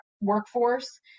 workforce